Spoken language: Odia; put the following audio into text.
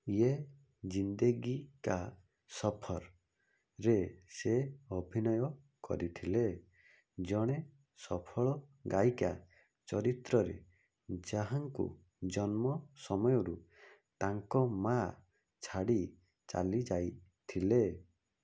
'ୟେ ଜିନ୍ଦେଗୀ କା ସଫର'ରେ ସେ ଅଭିନୟ କରିଥିଲେ ଜଣେ ସଫଳ ଗାୟିକା ଚରିତ୍ରରେ ଯାହାଙ୍କୁ ଜନ୍ମ ସମୟରୁ ତାଙ୍କ ମାଆ ଛାଡ଼ି ଚାଲିଯାଇଥିଲେ